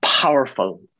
powerful